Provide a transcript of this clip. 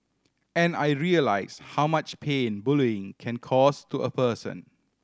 and I realise how much pain bullying can cause to a person